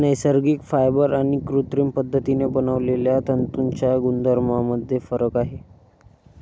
नैसर्गिक फायबर आणि कृत्रिम पद्धतीने बनवलेल्या तंतूंच्या गुणधर्मांमध्ये फरक आहे